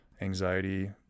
anxiety